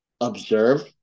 observe